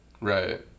right